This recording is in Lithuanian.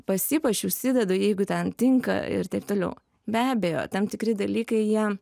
pasipuošiu užsidedu jeigu ten tinka ir taip toliau be abejo tam tikri dalykai jie